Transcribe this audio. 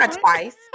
twice